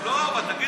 טוב, אבל תגיד לנו.